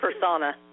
persona